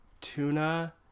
tuna